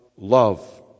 love